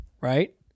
right